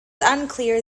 unclear